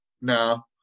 No